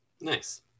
Nice